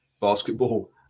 basketball